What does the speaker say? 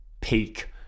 peak